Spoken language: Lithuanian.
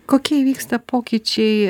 kokie įvyksta pokyčiai